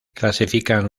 clasifican